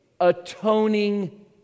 atoning